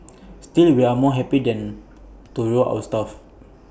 still we are more happy than to reward our staff